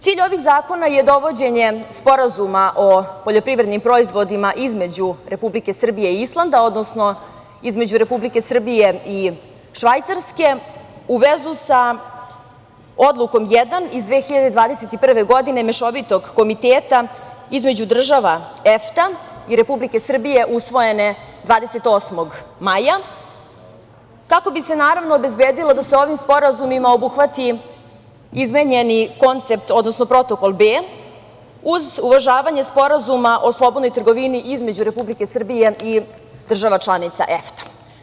Cilj ovih zakona je dovođenje sporazuma o poljoprivrednim proizvodima između Republike Srbije i Islanda odnosno između Republike Srbije i Švajcarske, u vezu sa odlukom 1 iz 2021. godine mešovitog komiteta između država EFTA i Republike Srbije usvojene 28. maja kako bi se naravno obezbedilo da se ovim sporazumima obuhvati izmenjeni koncept odnosno Protokol B, uz uvažavanje sporazuma o slobodnoj trgovini između Republike Srbije i država članica EFTA.